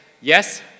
yes